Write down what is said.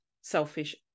selfish